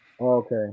Okay